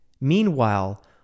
Meanwhile